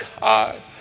God